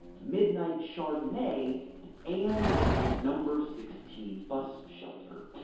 midnight chardonnay and number sixteen bus shelter.